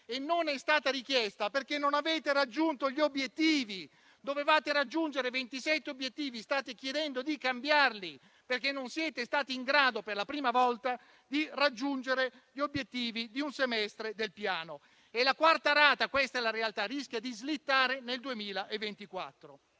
e non è stata richiesta perché non avete raggiunto gli obiettivi. Dovevate raggiungere 27 obiettivi, che state chiedendo di cambiare perché non siete stati in grado, per la prima volta, di raggiungere quelli di un semestre del Piano. La quarta rata - questa è la realtà - rischia di slittare nel 2024.